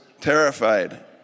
terrified